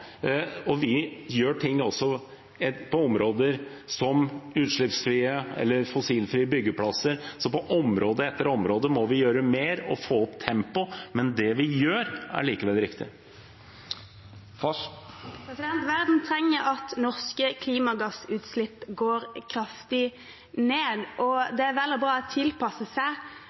og vi gjør ting også på områder som f.eks. utslippsfrie eller fossilfrie byggeplasser. På område etter område må vi gjøre mer og få opp tempoet, men det vi gjør , er likevel riktig. Verden trenger at norske klimagassutslipp går kraftig ned. Det er vel og bra å tilpasse seg